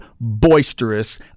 boisterous